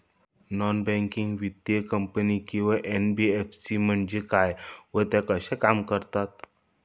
Non banking वित्तीय company किंवा NBFC म्हणजे काय व त्या कशा काम करतात?